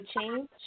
change